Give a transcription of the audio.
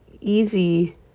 easy